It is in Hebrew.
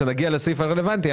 וכשנגיע לסעיף הרלוונטי,